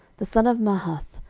the son of mahath,